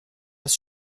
das